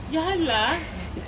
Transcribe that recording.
gianna